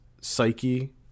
psyche